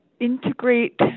integrate